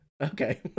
Okay